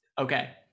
okay